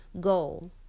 goal